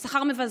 זה שכר מבזה.